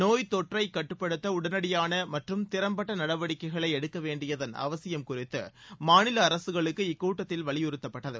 நோய் தொற்றை கட்டுப்படுத்த உடனடியான மற்றும் திறம்பட்ட நடவடிக்கைகளை எடுக்க வேண்டியதன் அவசியம் குறித்து மாநில அரசுகளுக்கு இக்கூட்டத்தில் வலியறுத்தப்பட்டது